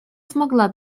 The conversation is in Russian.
смогла